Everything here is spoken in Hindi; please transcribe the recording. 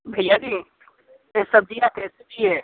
भैया जी ये सब्ज़ियाँ कैसे दी है